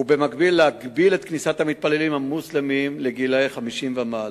ובמקביל להגביל את כניסת המתפללים המוסלמים לגילאי 50 ומעלה.